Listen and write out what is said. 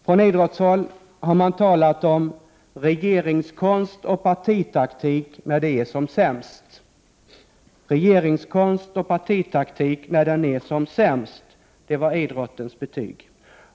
Från idrottshåll har man talat om ”regeringskonst och partitaktik när den är som sämst”. Detta var idrottens betyg.